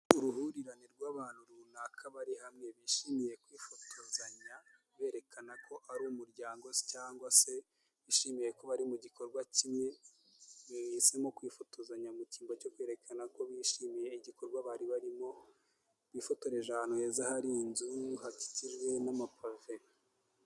Uruhurirane rw'abantu runaka bari hamwe, bishimiye kwifotozanya berekana ko ari umuryango cyangwa se bishimiye ko bari mu gikorwa kimwe, bahisemo kwifotozanya mu cyimbo cyo kwerekana ko bishimiye igikorwa bari barimo, bifotoreje ahantu heza hari inzu hakikijwe n'amapave.